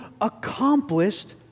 accomplished